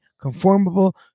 conformable